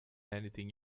anything